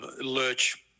lurch